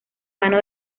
mano